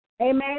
Amen